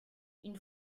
une